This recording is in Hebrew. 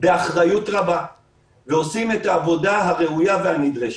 באחריות רבה ועושים את העבודה הראויה והנדרשת.